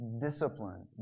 Discipline